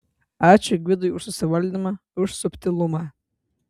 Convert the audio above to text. ačiū gvidui už susivaldymą už subtilumą